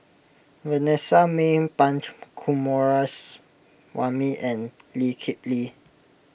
Vanessa Mae Punch Coomaraswamy and Lee Kip Lee